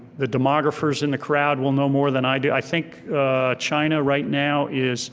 the demographers in the crowd will know more than i do. i think china right now is